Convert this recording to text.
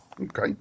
Okay